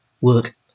work